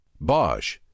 Bosch